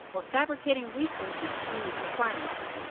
or fabricating resources to meet requirements.